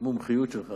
המומחיות שלך